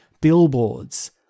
billboards